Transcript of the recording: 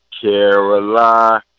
Caroline